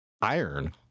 iron